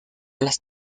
las